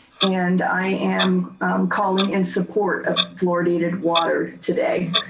and i am calling in support a fluoridated water today.